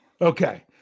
Okay